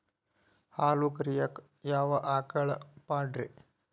ಹಾಲು ಕರಿಯಾಕ ಯಾವ ಆಕಳ ಪಾಡ್ರೇ?